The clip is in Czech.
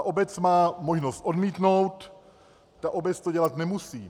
Obec má možnost odmítnout, obec to dělat nemusí.